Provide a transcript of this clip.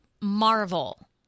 Marvel